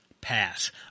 pass